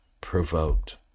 provoked